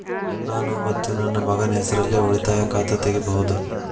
ನಾನು ಮತ್ತು ನನ್ನ ಮಗನ ಹೆಸರಲ್ಲೇ ಉಳಿತಾಯ ಖಾತ ತೆಗಿಬಹುದ?